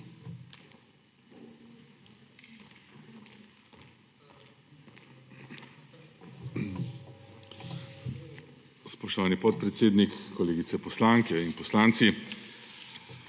Spoštovani podpredsednik, kolegice poslanke in kolegi